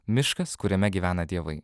miškas kuriame gyvena dievai